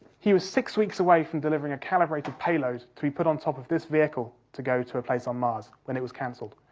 he was six weeks away from delivering a calibrated payload to be put on top of this vehicle to go to a place on mars, when it was cancelled.